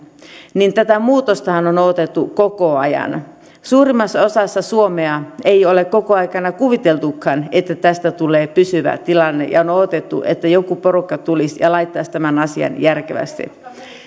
tätä muutostahan on odotettu koko ajan suurimmassa osassa suomea ei ole koko aikana kuviteltukaan että tästä tulee pysyvä tilanne ja on on odotettu että joku porukka tulisi ja laittaisi tämän asian järkevästi